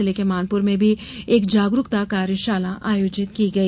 जिले के मानपुर में भी एक जागरूकता कार्यशाला आयोजित की गई